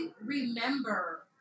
remember